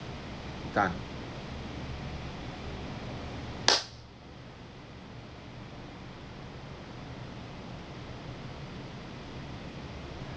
cut